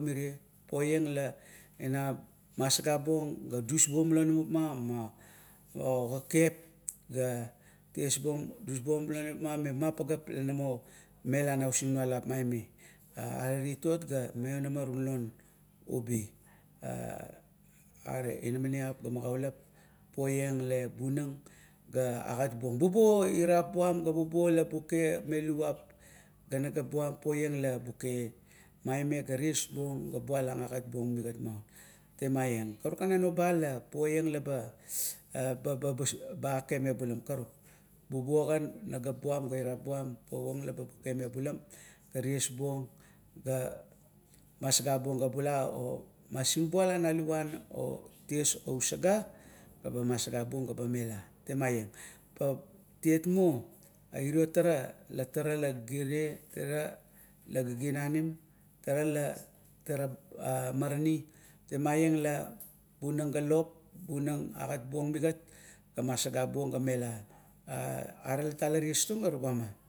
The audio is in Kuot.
mire, poiang la ina masagabang. Dusbuong malonipma okekep ga mema pageap la na mo melamasing maiala maime. Are titot ga maionama ra non ubi. Are inamaniap ga magaulap la poiang le bunang ga agat buong. Bubuo inap buam, ga bubuo la buke me luvap ga nagap buam poiang le buke maime, ga ties buong ga bualang agat migat temaieng. Karukan a noba, poiang agat ba ake mebulam karak, bubuong gana nagap buam ga irap buam pumeng la ba mekeme bulam ga ties buong ga masaga buong o bula o masingbuala na luvan ousaga, masagabuong gaba mela temaieng. Pa tiet mou airo tara tara la giginen, tara la giginanin, tara la tara a maranit. Temaieng la bunang ga lop, agat buong migat, ga masagabuong ga mela. A aret lata la ties tung tugama.